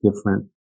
different